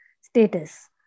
status